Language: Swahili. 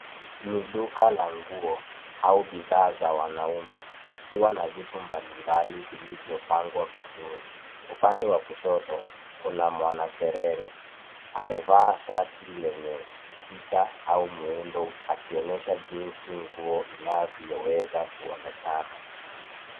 Ni duka la nguo au bidhaa za wanaume .Likiwa na vitu mbali mbali vilivyo pangwa vizuri. Upande wa kushoto Kuna mwana serere ,amevaa shati lenye picha au muundo akionyesha jinsi nguo, inavyoweza kuonekana.